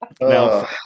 Now